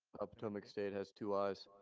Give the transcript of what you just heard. ah potomac state has two ayes.